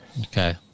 Okay